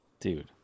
dude